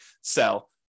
sell